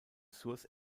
source